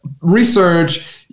research